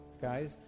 guys